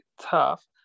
tough